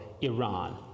Iran